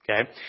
Okay